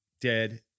dead